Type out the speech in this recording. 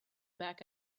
back